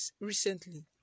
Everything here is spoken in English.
recently